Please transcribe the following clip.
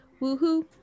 Woohoo